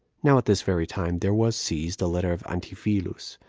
now at this very time there was seized a letter of antiphilus,